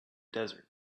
desert